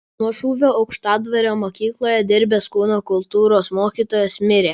nuo šūvio aukštadvario mokykloje dirbęs kūno kultūros mokytojas mirė